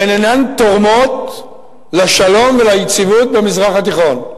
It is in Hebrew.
שאינן תורמות לשלום וליציבות במזרח התיכון,